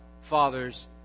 Father's